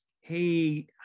Hey